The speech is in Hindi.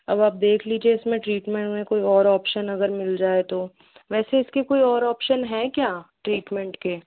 अब आप देख लीजिये इसमें ट्रीटमेंट में कोई और ऑप्शन अगर मिल जाये तो वैसे इसकी कोई और ऑप्शन है क्या ट्रीटमेंट के